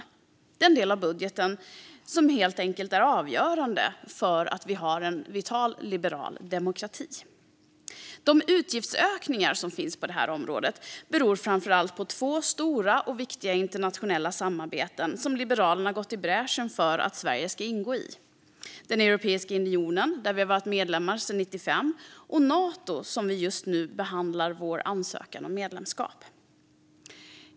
Det är den del av budgeten som helt enkelt är avgörande för att vi ska ha en vital liberal demokrati. De utgiftsökningar som finns på det här området beror framför allt på två stora och viktiga internationella samarbeten som Liberalerna gått i bräschen för att Sverige ska ingå i: Europeiska unionen, där Sverige varit medlem sedan 1995, och Nato, som just nu behandlar vår ansökan om medlemskap.